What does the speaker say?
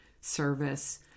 service